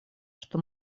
что